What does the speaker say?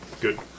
Good